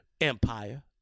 empire